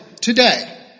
today